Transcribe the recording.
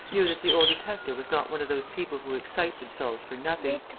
knew that the old detective was not one of those people who excite themselves for nothing.